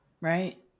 Right